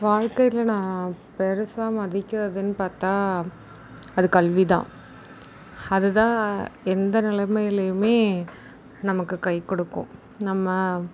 வாழ்க்கையில் நான் பெருசாக மதிக்கிறதுன்னு பார்த்தா அது கல்வி தான் அது தான் எந்த நிலமையிலையுமே நமக்கு கை கொடுக்கும் நம்ம